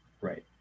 Right